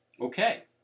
Okay